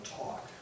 talk